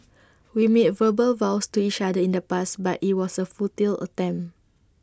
we made verbal vows to each other in the past but IT was A futile attempt